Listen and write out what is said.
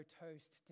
toast